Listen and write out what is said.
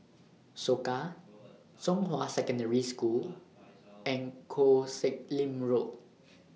Soka Zhonghua Secondary School and Koh Sek Lim Road